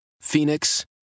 Phoenix